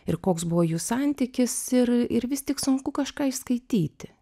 ir koks buvo jų santykis ir ir vis tik sunku kažką įskaityti